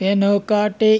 వెనకటి